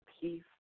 peace